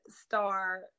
star